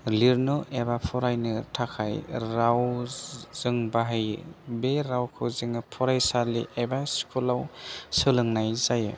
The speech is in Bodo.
लिरनो एबा फरायनो थाखाय राव जों बाहायो बे रावखौ जोङो फरायसालि एबा स्कुलाव सोलोंनाय जायो